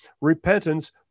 repentance